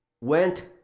went